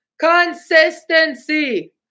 consistency